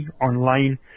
online